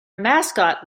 mascot